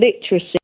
literacy